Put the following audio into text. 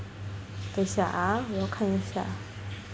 等一下 ah 我看一下